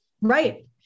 Right